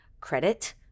credit